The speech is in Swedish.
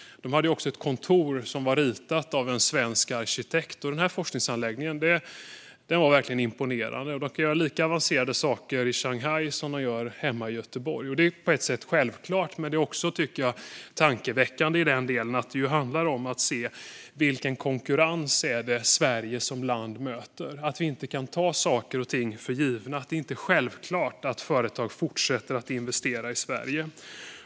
De har också ett kontor som är ritat av en svensk arkitekt. Forskningsanläggningen var verkligen imponerande. De kan göra lika avancerade saker i Shanghai som hemma i Göteborg. Det är på ett sätt självklart, men det är också tankeväckande i den delen att det ju handlar om att se vilken konkurrens Sverige som land möter. Vi kan inte ta saker och ting för givna. Det är inte självklart att företag fortsätter att investera i Sverige.